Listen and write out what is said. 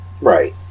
Right